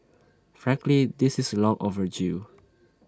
frankly this is long overdue